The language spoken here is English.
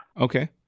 Okay